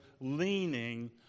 leaning